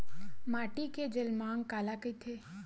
माटी के जलमांग काला कइथे?